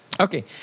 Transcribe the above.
Okay